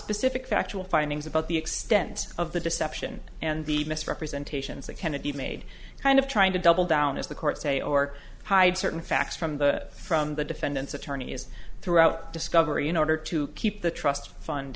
specific factual findings about the extent of the deception and the misrepresentations that kennedy made kind of trying to double down as the court say or hide certain facts from the from the defendant's attorney is throughout discovery in order to keep the trust fund